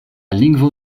lingvo